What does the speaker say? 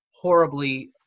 horribly